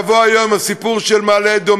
לבוא היום עם הסיפור של מעלה-אדומים.